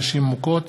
האוכלוסין (תיקון,